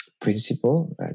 principle